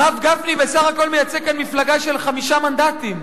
הרב גפני בסך הכול מייצג כאן מפלגה של חמישה מנדטים.